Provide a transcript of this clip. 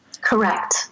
Correct